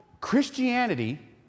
Christianity